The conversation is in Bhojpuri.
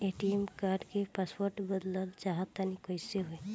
ए.टी.एम कार्ड क पासवर्ड बदलल चाहा तानि कइसे होई?